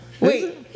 Wait